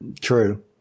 True